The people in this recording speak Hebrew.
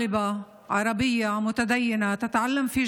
(אומרת בערבית: אתמול סטודנטית ערבייה דתייה